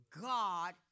God